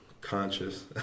conscious